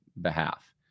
behalf